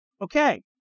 Okay